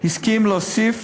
הסכים להוסיף